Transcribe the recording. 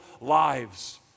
lives